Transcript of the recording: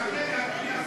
תענה לי,